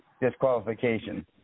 disqualification